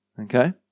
Okay